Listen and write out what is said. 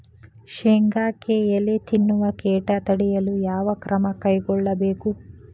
ಶೇಂಗಾಕ್ಕೆ ಎಲೆ ತಿನ್ನುವ ಕೇಟ ತಡೆಯಲು ಯಾವ ಕ್ರಮ ಕೈಗೊಳ್ಳಬೇಕು?